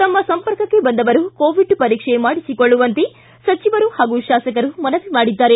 ತಮ್ಮ ಸಂಪರ್ಕಕ್ಕೆ ಬಂದವರು ಕೋವಿಡ್ ಪರೀಕ್ಷೆ ಮಾಡಿಸಿಕೊಳ್ಳುವಂತೆ ಸಚಿವರು ಹಾಗೂ ಶಾಸಕರು ಮನವಿ ಮಾಡಿದ್ದಾರೆ